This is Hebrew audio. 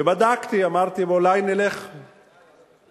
ובדקתי, אמרתי, אולי נלך בהבנה,